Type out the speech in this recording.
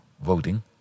voting